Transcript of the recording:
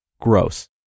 gross